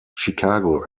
chicago